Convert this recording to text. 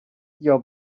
your